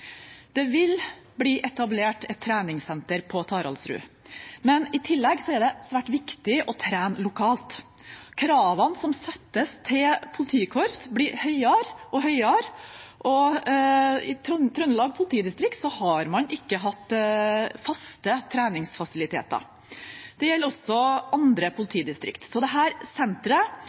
Det vil bli etablert et treningssenter på Taraldrud, men i tillegg er det svært viktig å trene lokalt. Kravene som settes til politikorps, blir høyere og høyere, og i Trøndelag politidistrikt har man ikke hatt faste treningsfasiliteter. Det gjelder også andre politidistrikt. Så dette senteret legger til rette for samtrening og kompetansebygging mellom nød- og beredskapsetatene. Det